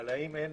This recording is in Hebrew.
אין